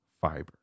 fiber